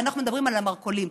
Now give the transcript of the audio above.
ואנחנו מדברים על המרכולים,